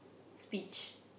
speech